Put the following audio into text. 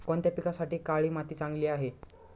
कोणत्या पिकासाठी काळी माती चांगली आहे?